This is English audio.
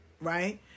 right